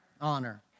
Honor